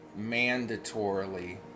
mandatorily